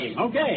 Okay